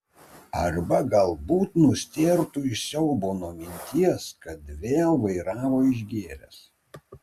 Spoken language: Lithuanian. arba galbūt nustėrtų iš siaubo nuo minties kad vėl vairavo išgėręs